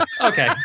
Okay